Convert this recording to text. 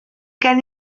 gen